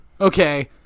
Okay